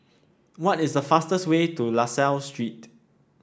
what is the fastest way to La Salle Street